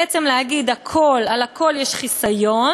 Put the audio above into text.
בעצם, להגיד: על הכול יש חיסיון,